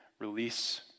release